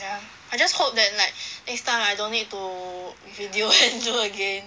ya I just hope that like next time I don't need to deal and do again